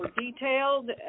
detailed